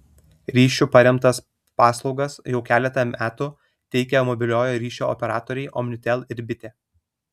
ryšiu paremtas paslaugas jau keletą metų teikia mobiliojo ryšio operatoriai omnitel ir bitė